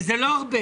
וזה לא הרבה.